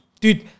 Dude